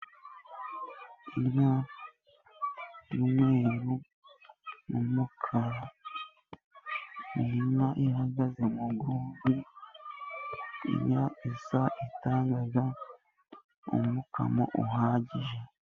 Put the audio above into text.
Inka y'umweru n'umukara, inka ihagaze mu rwuri ,n'inka nziza itanga umwukamo uhagije.